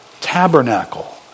tabernacle